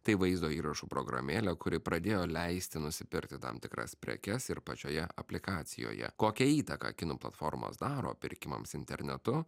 tai vaizdo įrašų programėlė kuri pradėjo leisti nusipirkti tam tikras prekes ir pačioje aplikacijoje kokią įtaką kinų platformos daro pirkimams internetu